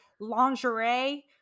lingerie